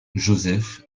joseph